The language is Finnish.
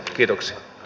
kiitoksia